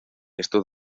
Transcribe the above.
esto